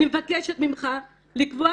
אני מבקשת ממך לקבוע